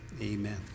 amen